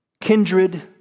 kindred